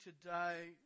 today